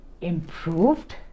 improved